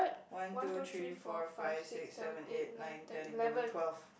one two three four five six seven eight nine ten eleven twelve